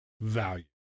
value